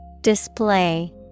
Display